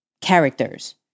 characters